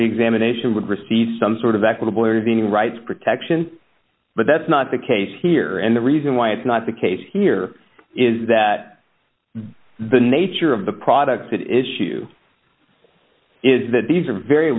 reexamination would receive some sort of equitable intervening rights protection but that's not the case here and the reason why it's not the case here is that the nature of the product at issue is that these are very